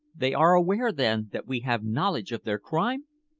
they are aware, then, that we have knowledge of their crime?